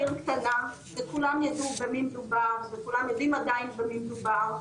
עיר קטנה וכולם ידעו במי מדובר וכולם יודעים עדיין במי מדובר,